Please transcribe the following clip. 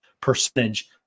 percentage